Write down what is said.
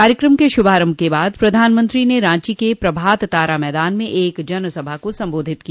कार्यक्रम के शुभारम्भ के बाद प्रधानमंत्री ने रांची के प्रभात तारा मैदान में एक जनसभा को सम्बोधित किया